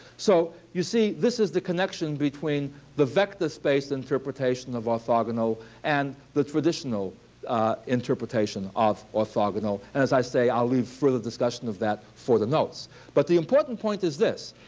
so you see, this is the connection between the vector space interpretation of orthogonal and the traditional interpretation of orthogonal. and as i say, i'll leave further discussion of that for the notes. but the important point is this.